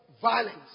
violence